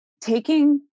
taking